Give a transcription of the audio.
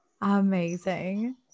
Amazing